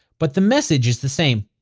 but the message is the same.